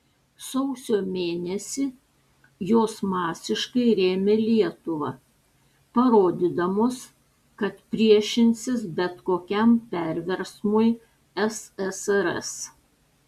sausio mėnesį jos masiškai rėmė lietuvą parodydamos kad priešinsis bet kokiam perversmui ssrs